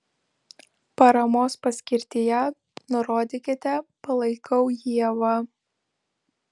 paramos paskirtyje nurodykite palaikau ievą